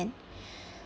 men